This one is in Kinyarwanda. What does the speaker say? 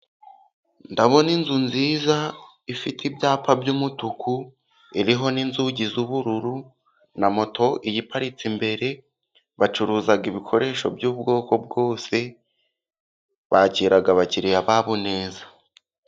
Ndabona inzu nziza ifite ibyapa bymutuku, iriho n'inzugi zubururu, na moto iyiparitse imbere, bacuruza ibikoresho by'ubwoko bwose, bakira abakiriya babo neza.